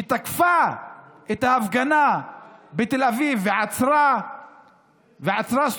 שתקפה את ההפגנה בתל אביב ועצרה סטודנטים,